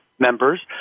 members